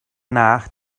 nach